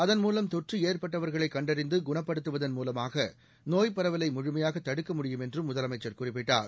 அதன் மூலம் தொற்று ஏற்பட்டவர்களை கண்டறிந்து குணப்படுத்துவதன் மூலமாக நோய்ப் பரவலை முழுமையாக தடுக்க முடியும் என்றும் முதலமைச்சர் குறிப்பிட்டார்